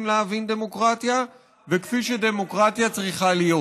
להבין דמוקרטיה וכפי שדמוקרטיה צריכה להיות.